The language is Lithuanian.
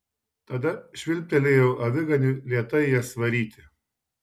tada švilptelėjau aviganiui lėtai jas varyti